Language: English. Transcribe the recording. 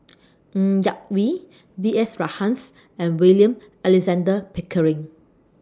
Ng Yak Whee B S Rajhans and William Alexander Pickering